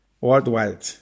worldwide